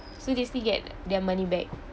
so they still get their money back